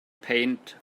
paint